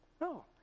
No